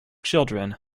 children